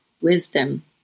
wisdom